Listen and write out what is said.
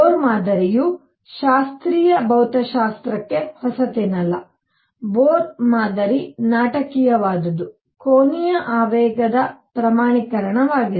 bore ಮಾದರಿಯೂ ಶಾಸ್ತ್ರೀಯ ಭೌತಶಾಸ್ತ್ರ ಹೊಸತೇನಲ್ಲ ಬೋರ್ ಮಾದರಿ ನಾಟಕೀಯವಾದುದು ಕೋನೀಯ ಆವೇಗದ ಪ್ರಮಾಣೀಕರಣವಾಗಿದೆ